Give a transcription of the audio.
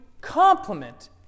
complement